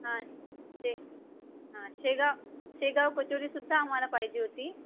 हां शे हां शेगाव शेगाव कचोरीसुद्धा आम्हाला पाहिजे होती